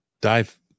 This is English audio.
dive